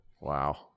Wow